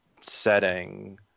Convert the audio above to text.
setting